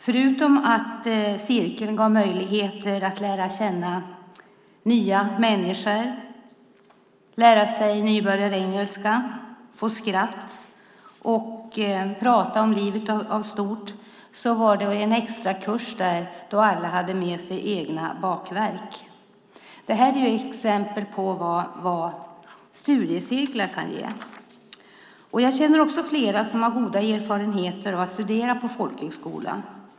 Förutom att cirkeln gav möjligheten att lära känna nya människor, lära sig nybörjarengelska, få skratt och prata om livet i stort var det en extra kurs då alla hade med sig egna bakverk. Det här är exempel på vad studiecirklar kan ge. Jag känner flera som har goda erfarenheter av att studera på folkhögskola.